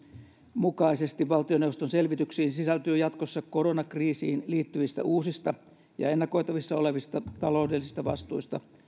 mukaisesti valtioneuvoston selvityksiin sisältyy jatkossa koronakriisiin liittyvistä uusista ja ennakoitavissa olevista taloudellisista vastuista